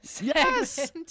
yes